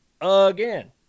again